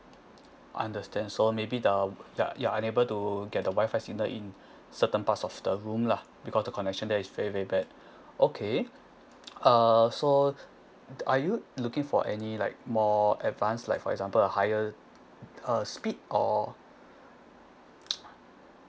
understand so maybe the you're you're unable to get the wi-fi signal in certain parts of the room lah because the connection there is very very bad okay uh so are you looking for any like more advance like for example a higher uh speed or